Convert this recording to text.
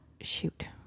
Shoot